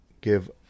give